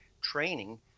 training